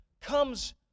comes